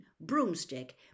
broomstick